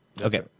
Okay